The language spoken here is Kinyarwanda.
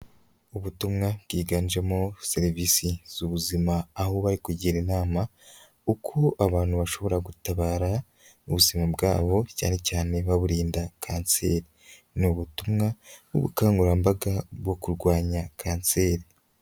Ubutumwa bwiganjemo serivisi z'ubuzima aho bari kugira inama uko abantu bashobora gutabara ubuzima bwabo cyane cyane baburinda Kanseri, ni ubutumwa bw'ubukangurambaga bwo kurwanya Kanseri.